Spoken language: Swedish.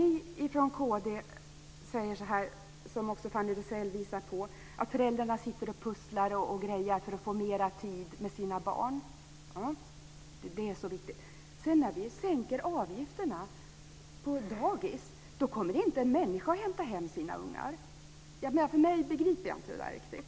Ni i Kristdemokraterna säger att föräldrarna sitter och pusslar för att få mer tid med sina barn. Det är så viktigt. När vi sedan sänker avgifterna på dagis kommer inte en människa att hämta hem sina ungar. Jag begriper inte detta riktigt.